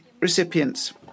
recipients